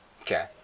Okay